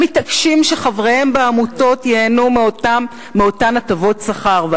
הם מתעקשים שחבריהם בעמותות ייהנו מאותן הטבות שכר,